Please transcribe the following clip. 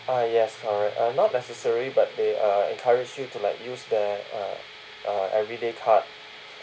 ah yes correct uh not necessary but they uh encourage you to like use the uh uh everyday card